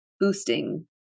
boosting